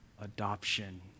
adoption